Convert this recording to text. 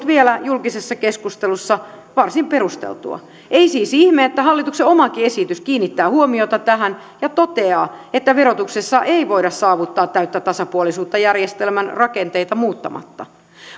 vielä julkisessa keskustelussa varsin perusteltua ei siis ihme että hallituksen omakin esitys kiinnittää huomiota tähän ja toteaa että verotuksessa ei voida saavuttaa täyttä tasapuolisuutta järjestelmän rakenteita muuttamatta